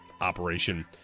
operation